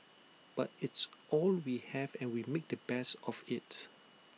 but it's all we have and we make the best of IT